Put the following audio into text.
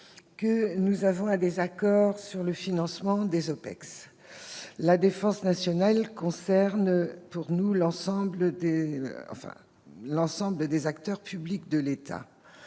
que nous avons un désaccord sur le financement des OPEX. La défense nationale concerne, selon nous, l'ensemble des acteurs publics de l'État.